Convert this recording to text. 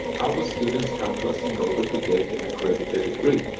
our students come to us in order to get an accredited degree.